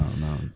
no